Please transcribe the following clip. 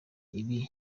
ibi